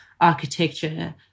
architecture